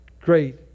great